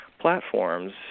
platforms